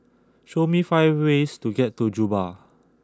show me five ways to get to Juba